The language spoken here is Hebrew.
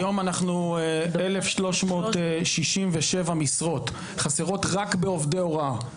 היום אנחנו 1,367 משרות חסרות רק בעובדי הוראה.